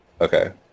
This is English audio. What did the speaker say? Okay